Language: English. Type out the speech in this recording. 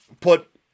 put